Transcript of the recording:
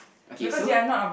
okay so